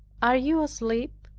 are you asleep?